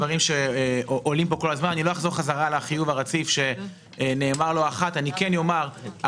הפתרון לדברים הללו מצוי במודל החיוב הרציף שהוצג על ידי